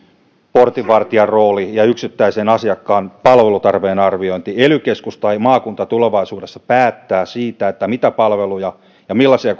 portinvartijan rooli ja yksittäisen asiakkaan palvelutarpeen arviointi ely keskus tai maakunta tulevaisuudessa päättää siitä mitä palveluja ja millaisia